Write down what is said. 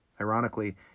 Ironically